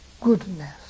goodness